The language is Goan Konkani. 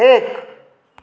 एक